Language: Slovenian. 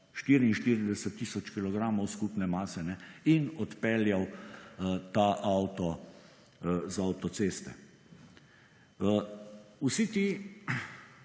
44 tisoč kilogramov skupne mase, in odpeljal ta avto z avtoceste. Vsi ti